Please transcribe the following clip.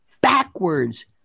backwards